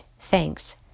Thanks